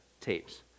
tapes